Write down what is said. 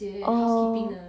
orh